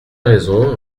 raisons